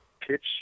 pitch